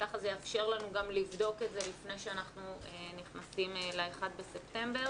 ככה זה יאפשר לנו גם לבדוק את זה לפני שאנחנו נכנסים ל-1 בספטמבר.